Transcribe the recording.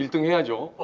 eungyeong,